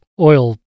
oil